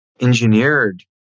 engineered